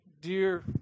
dear